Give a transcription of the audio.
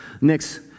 Next